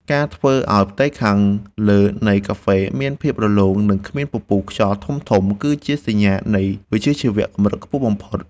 ការធ្វើឱ្យផ្ទៃខាងលើនៃកាហ្វេមានភាពរលោង និងគ្មានពពុះខ្យល់ធំៗ គឺជាសញ្ញានៃវិជ្ជាជីវៈកម្រិតខ្ពស់បំផុត។